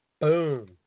Boom